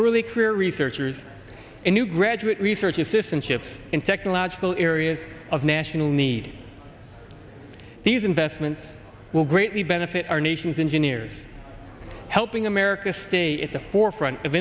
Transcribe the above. early career researchers in new graduate research assistant shifts in technological areas of national need these investment will greatly benefit our nation's engineers helping america stay at the forefront of